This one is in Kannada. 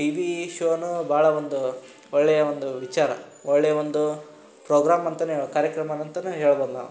ಟಿವಿ ಶೋನೂ ಭಾಳ ಒಂದು ಒಳ್ಳೆಯ ಒಂದು ವಿಚಾರ ಒಳ್ಳೆಯ ಒಂದು ಪ್ರೋಗ್ರಾಮ್ ಅಂತಾನೆ ಕಾರ್ಯಕ್ರಮ ಅಂತಾನೇ ಹೇಳ್ಬೋದು ನಾವು